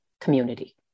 community